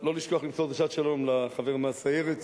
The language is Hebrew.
לא לשכוח למסור דרישת שלום לחבר מהסיירת,